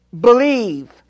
believe